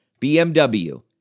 bmw